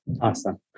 Awesome